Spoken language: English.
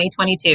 2022